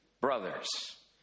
brothers